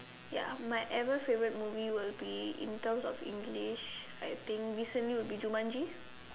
ya my ever favourite movie will be in terms of English I think recently would be Jumanji